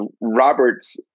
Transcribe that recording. Roberts